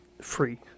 free